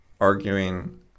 arguing